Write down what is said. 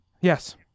Yes